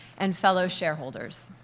and fellow shareholders.